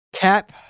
Cap